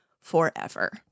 forever